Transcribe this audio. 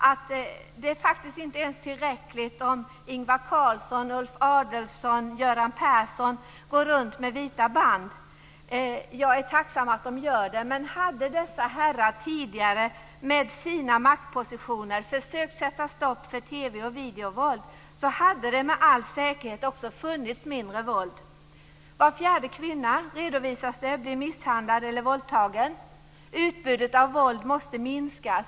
Men det är faktiskt inte tillräckligt ens om Ingvar Carlsson, Ulf Adelsohn och Göran Persson går runt med vita band. Jag är tacksam för att de gör det, men hade dessa herrar med sina maktpositioner tidigare försökt att sätta stopp för TV och videovåld, hade det med all säkerhet också funnits mindre av våld i samhället. Det redovisas att var fjärde kvinna blir misshandlad eller våldtagen. Utbudet av våld måste minskas.